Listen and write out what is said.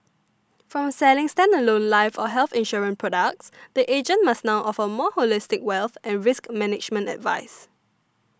from selling standalone life or health insurance products the agent must now offer more holistic wealth and risk management advice